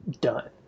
done